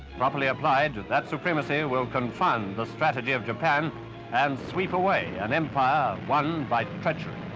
properly applied, that supremacy will confound the strategy of japan and sweep away an empire won by treachery.